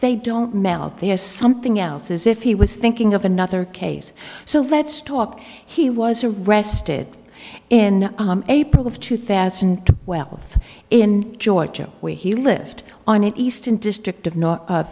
they don't melt there's something else as if he was thinking of another case so let's talk he was arrested in april of two thousand wealth in georgia where he lived on an eastern district of no